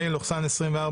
פ/2189/24,